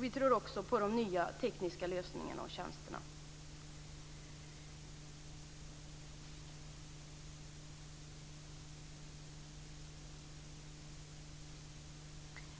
Vi tror också på de nya tekniska lösningarna och tjänsterna.